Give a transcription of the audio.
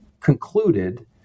concluded